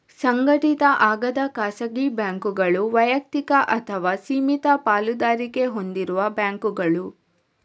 ಸಂಘಟಿತ ಆಗದ ಖಾಸಗಿ ಬ್ಯಾಂಕುಗಳು ವೈಯಕ್ತಿಕ ಅಥವಾ ಸೀಮಿತ ಪಾಲುದಾರಿಕೆ ಹೊಂದಿರುವ ಬ್ಯಾಂಕುಗಳು